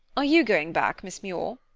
are you going back, miss muir?